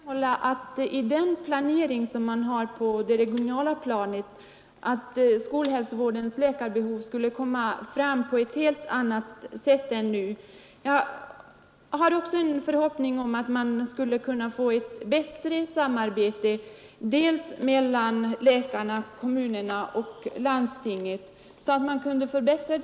Herr talman! Jag vill framhålla att med den planering man har på det regionala planet borde skolhälsovårdens behov tillgodoses på ett helt annat sätt än nu. Det är också min förhoppning att vi skall kunna åstadkomma ett bättre samarbete mellan läkarna, kommunerna och landstingen, så att situationen förbättras.